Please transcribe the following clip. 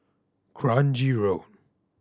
Kranji Road